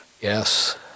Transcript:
Yes